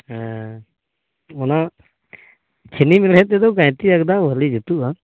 ᱦᱮᱸ ᱚᱱᱟ ᱠᱷᱤᱞᱤ ᱢᱮᱬᱦᱮᱫ ᱛᱮᱫ ᱜᱟᱹᱭᱛᱤ ᱟᱜᱽᱫᱟᱣ ᱵᱷᱟᱹᱞᱤ ᱡᱩᱛᱩᱜᱼᱟ